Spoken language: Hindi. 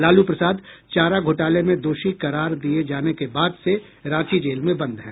लालू प्रसाद चारा घोटाले में दोषी करार दिये जाने के बाद से रांची जेल में बंद हैं